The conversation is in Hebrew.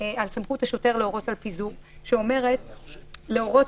שמעתי עכשיו שהשר לביטחון פנים פתח במתקפה על משטרת תל אביב,